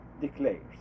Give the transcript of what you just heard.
declares